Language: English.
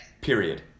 Period